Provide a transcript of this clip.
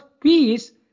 peace